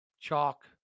chalk